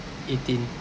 eighteen